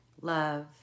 love